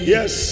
Yes